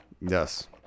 yes